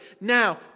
Now